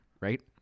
right